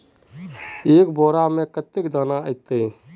एक बोड़ा में कते दाना ऐते?